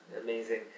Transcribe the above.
amazing